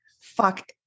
Fuck